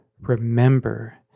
Remember